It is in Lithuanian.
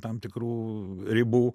tam tikrų ribų